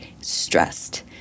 stressed